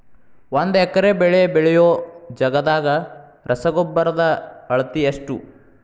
ಒಂದ್ ಎಕರೆ ಬೆಳೆ ಬೆಳಿಯೋ ಜಗದಾಗ ರಸಗೊಬ್ಬರದ ಅಳತಿ ಎಷ್ಟು?